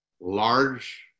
large